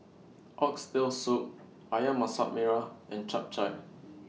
Oxtail Soup Ayam Masak Merah and Chap Chai